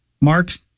Marks